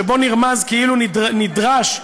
שבו נרמז כאילו נדרש,